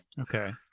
okay